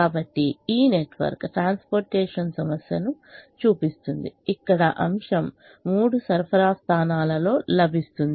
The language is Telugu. కాబట్టి ఈ నెట్వర్క్ ట్రాన్స్పోర్టేషన్ సమస్యను చూపిస్తుంది ఇక్కడ అంశం మూడు సరఫరా స్థానాలలో లభిస్తుంది